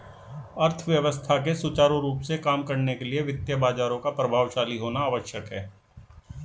अर्थव्यवस्था के सुचारू रूप से काम करने के लिए वित्तीय बाजारों का प्रभावशाली होना आवश्यक है